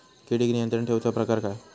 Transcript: किडिक नियंत्रण ठेवुचा प्रकार काय?